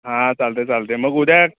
हां चालते चालते मग उद्या